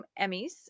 Emmys